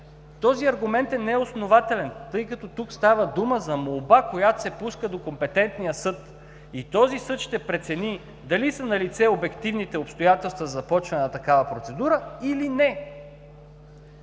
Този аргумент е неоснователен, тъй като тук става дума за молба, която се пуска до компетентния съд, и този съд ще прецени дали са налице обективните обстоятелства за започване на такава процедура, или не.